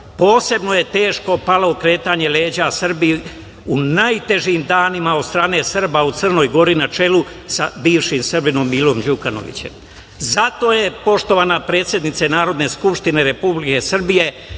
Posebno je teško palo okretanje leđa Srbiji u najtežim danima od strane Srba u Crnoj Gori, na čelu sa bivšim Srbinom Milom Đukanovićem. Zato je, poštovana predsednice Narodne skupštine Republike Srbije,